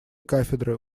кафедры